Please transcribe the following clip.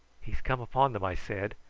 he has come upon them, i said,